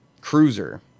cruiser